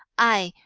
i,